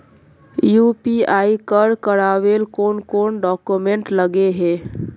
UPI कर करावेल कौन कौन डॉक्यूमेंट लगे है?